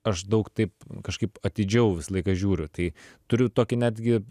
aš daug taip kažkaip atidžiau visą laiką žiūriu tai turiu tokį netgi